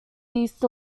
east